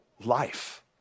life